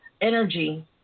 energy